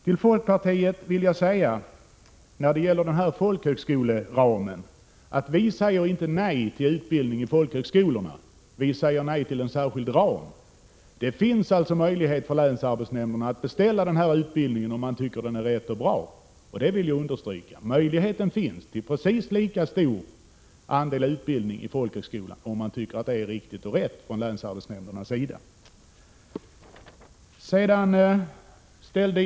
Till folkpartiet vill jag säga om folkhögskoleramen att vi inte säger nej till utbildning i folkhögskolorna, utan vi säger nej till en särskild ram. Det finns alltså möjlighet för länsarbetsnämnderna att beställa denna utbildning om man tycker att den är bra och riktig. Jag vill understryka att möjligheten finns till precis lika stor andel utbildning i folkhögskolan, om länsarbetsnämnderna anser det vara riktigt.